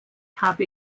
habe